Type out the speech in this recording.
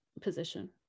position